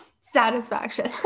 satisfaction